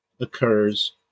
occurs